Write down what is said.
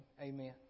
Amen